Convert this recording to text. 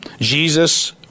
Jesus